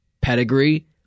pedigree